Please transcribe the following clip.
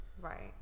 right